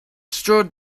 strode